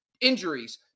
injuries